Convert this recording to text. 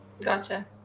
Gotcha